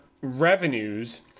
revenues